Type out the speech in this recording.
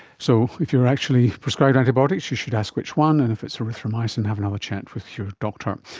so if you are actually prescribed antibiotics, you should ask which one, and if it's erythromycin, have another chat with your doctor. um